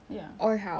there's only one right